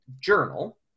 journal